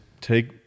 take